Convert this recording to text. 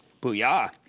Booyah